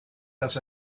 dass